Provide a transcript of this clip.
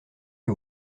que